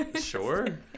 Sure